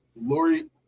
Lori